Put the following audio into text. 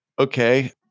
Okay